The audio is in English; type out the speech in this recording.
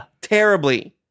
terribly